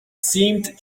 seemed